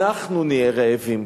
אנחנו נהיה רעבים.